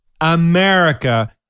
America